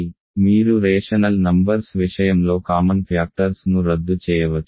కాబట్టి మీరు rational numbers విషయంలో కామన్ ఫ్యాక్టర్స్ ను రద్దు చేయవచ్చు